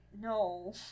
no